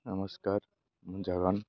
ନମସ୍କାର ମୁଁ ଜଗନ୍